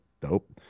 dope